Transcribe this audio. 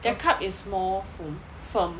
their cup is more foam firm